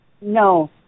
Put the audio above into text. No